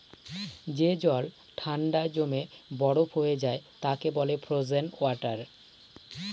যে জল ঠান্ডায় জমে বরফ হয়ে যায় তাকে বলে ফ্রোজেন ওয়াটার